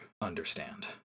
understand